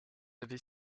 avez